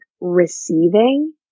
receiving